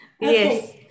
Yes